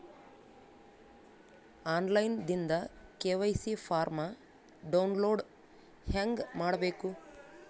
On line ದಿಂದ KYC form download ಹೇಂಗ ಮಾಡಬೇಕು?